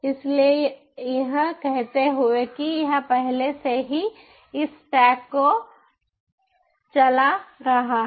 इसलिए यह कहते हुए कि यह पहले से ही इस स्टैक को चला रहा है